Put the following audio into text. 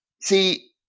See